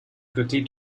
quickly